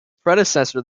predecessor